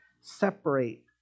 separate